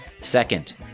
Second